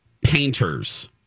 painters